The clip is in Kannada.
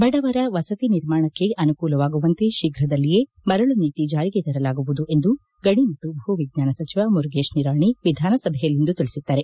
ಬಡವರು ವಸತಿ ನಿರ್ಮಾಣಕ್ಕೆ ಅನುಕೂಲವಾಗುವಂತೆ ಶೀಫ್ರದಲ್ಲಿಯೇ ಮರಳು ನೀತಿ ಜಾರಿಗೆ ತರಲಾಗುವುದು ಎಂದು ಗಣಿ ಮತ್ತು ಭೂ ವಿಜ್ಞಾನ ಸಚಿವ ಮುರುಗೇಶ್ ನಿರಾಣಿ ವಿಧಾನಸಭೆಯಲ್ಲಿಂದು ತಿಳಿಸಿದ್ದಾರೆ